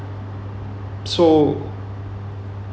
so